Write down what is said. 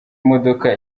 modoka